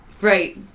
Right